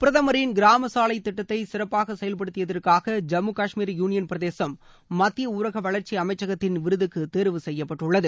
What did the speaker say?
பிரதமரின் கிராம சாலை திட்டத்தை சிறப்பாக செயல்படுத்தியதற்காக ஜம்மு காஷ்மீர் யூனியன் பிரதேசம் மத்திய ஊரக வளர்ச்சி அமைச்சகத்தின் விருதுக்கு தேர்வு செய்யப்பட்டுள்ளது